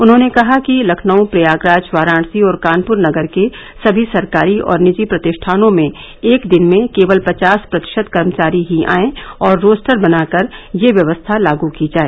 उन्होंने कहा कि लखनऊ प्रयागराज वाराणसी और कानपुर नगर के सभी सरकारी और निजी प्रतिष्ठानों में एक दिन में केवल पचास प्रतिशत कर्मचारी ही आएं और रोस्टर बनाकर यह व्यवस्था लागू की जाए